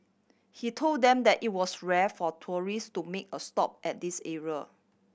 he told them that it was rare for tourists to make a stop at this area